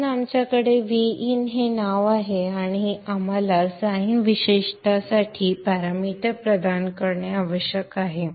म्हणून आपल्याकडे Vin हे नाव आहे आणि आपल्याला साइन विशेषतासाठी पॅरामीटर प्रदान करणे आवश्यक आहे